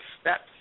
steps